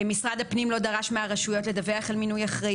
משרד הפנים לא דרש מהרשויות לדווח על מינוי אחראי